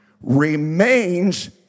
remains